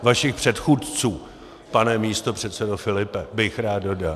Vašich předchůdců, pane místopředsedo Filipe, bych rád dodal.